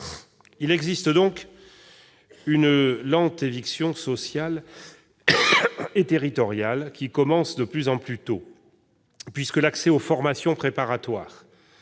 Il existe donc une lente éviction sociale et territoriale qui commence de plus en plus tôt, puisque les formations préparatoires